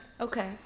Okay